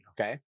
Okay